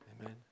Amen